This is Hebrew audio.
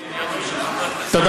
לי להסכים איתך בעניינו של חבר הכנסת,